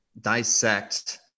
dissect